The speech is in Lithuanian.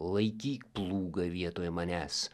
laikyk plūgą vietoj manęs